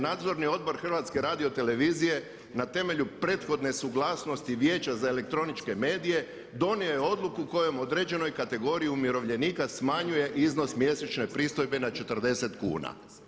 Nadzorni odbor HRT-a na temelju prethodne suglasnosti Vijeća za elektroničke medije donio je odluku kojom određenoj kategoriji umirovljenika smanjuje iznos mjesečne pristojbe na 40 kuna.